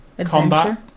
combat